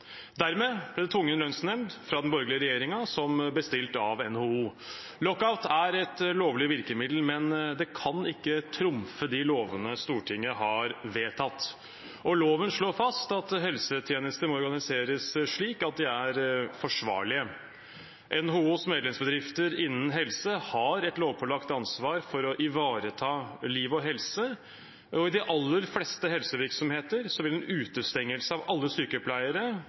Dermed ble det tvungen lønnsnemnd fra den borgerlige regjeringen, som bestilt av NHO. Lockout er et lovlig virkemiddel, men det kan ikke trumfe de lovene Stortinget har vedtatt, og loven slår fast at helsetjenester må organiseres slik at de er forsvarlige. NHOs medlemsbedrifter innen helse har et lovpålagt ansvar for å ivareta liv og helse, og i de aller fleste helsevirksomheter vil en utestengelse av alle sykepleiere